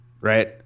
right